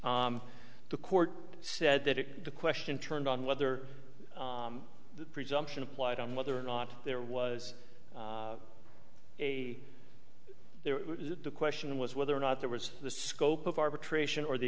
the court said that it the question turned on whether the presumption applied on whether or not there was a there the question was whether or not there was the scope of arbitration or the